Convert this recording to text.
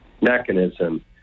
mechanism